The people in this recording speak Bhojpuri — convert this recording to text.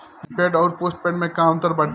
प्रीपेड अउर पोस्टपैड में का अंतर बाटे?